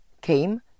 came